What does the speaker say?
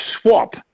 swap